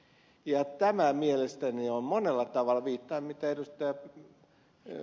tämä mielestäni on monella tavalla viittaan siihen mitä ed